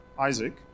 Isaac